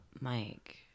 Mike